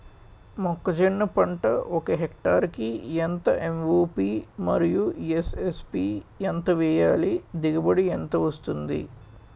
మొక్కజొన్న పంట ఒక హెక్టార్ కి ఎంత ఎం.ఓ.పి మరియు ఎస్.ఎస్.పి ఎంత వేయాలి? దిగుబడి ఎంత వస్తుంది?